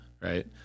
right